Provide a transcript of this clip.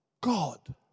God